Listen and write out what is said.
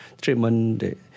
treatment